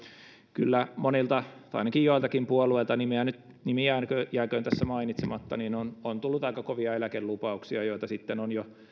kyllä monilta tai ainakin joiltakin puolueilta nimi jääköön jääköön tässä mainitsematta on on tullut aika kovia eläkelupauksia joita sitten on jo